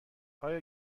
آیا